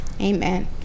Amen